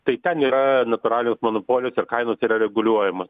tai ten yra natūralios monopolijos ir kainos yra reguliuojamos